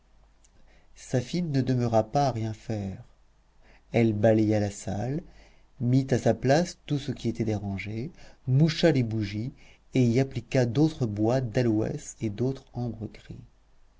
safie ne demeura pas à rien faire elle balaya la salle mit à sa place tout ce qui était dérangé moucha les bougies et y appliqua d'autres bois d'aloès et d'autre ambre gris